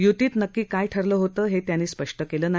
य्तीत नक्की काय ठरलं होतं हे त्यांनी स्पष्ट केलं नाही